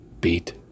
Beat